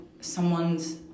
someone's